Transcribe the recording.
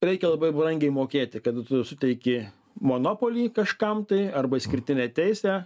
reikia labai brangiai mokėti kada tu suteiki monopolį kažkam tai arba išskirtinę teisę